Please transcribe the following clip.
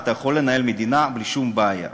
אתה יכול לנהל מדינה בלי שום בעיה.